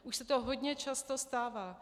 Už se to hodně často stává.